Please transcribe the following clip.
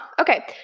Okay